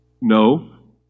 No